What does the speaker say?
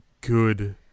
good